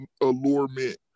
allurement